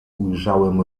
ujrzałem